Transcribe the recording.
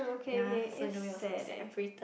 oh okay okay it's sad eh